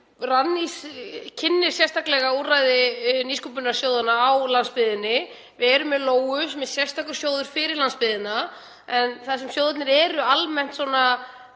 Rannís kynnir sérstaklega úrræði nýsköpunarsjóðanna á landsbyggðinni. Við erum með Lóu, sem er sérstakur sjóður fyrir landsbyggðina, en sjóðirnir eru almennt svona